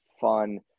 fun